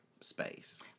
space